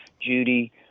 Judy